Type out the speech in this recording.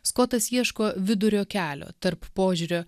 skotas ieško vidurio kelio tarp požiūrio